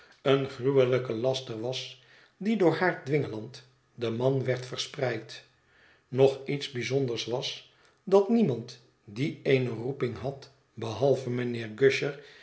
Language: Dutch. een gruwelijke laster was die door haar dwingeland den man werd verspreid nog iets bijzonders was dat niemand die eene roeping had behalve mijnheer gusher